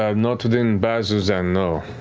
um not within bazzoxan, no.